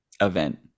event